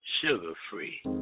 sugar-free